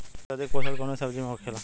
सबसे अधिक पोषण कवन सब्जी में होखेला?